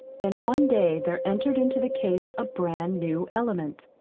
then one day there entered into the case a brand-new element,